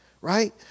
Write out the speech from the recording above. right